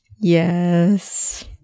Yes